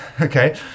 okay